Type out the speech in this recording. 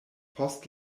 post